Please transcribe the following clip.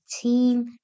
team